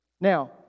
Now